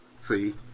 see